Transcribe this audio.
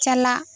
ᱪᱟᱞᱟᱜ